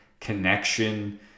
connection